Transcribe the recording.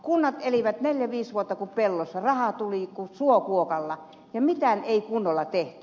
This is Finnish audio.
kunnat elivät neljä viisi vuotta kuin pellossa rahaa tuli kuin suokuokalla ja mitään ei kunnolla tehty